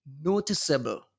Noticeable